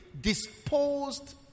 disposed